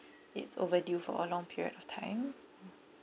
it's overdue for a long period of time